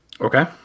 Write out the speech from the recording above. Okay